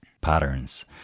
patterns